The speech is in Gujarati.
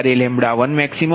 ત્યારે 11max0